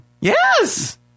Yes